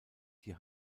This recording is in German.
die